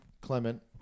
Clement